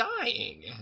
dying